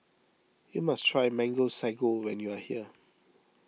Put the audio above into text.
you must try Mango Sago when you are here